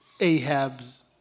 Ahab's